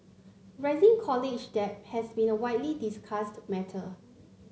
rising college debt has been a widely discussed matter